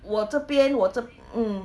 我这边我这 mm